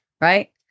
right